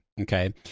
okay